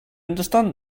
understand